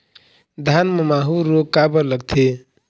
धान म माहू रोग काबर लगथे?